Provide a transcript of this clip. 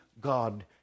god